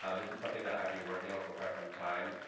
ah this is something that i've been working on for quite some time.